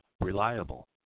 reliable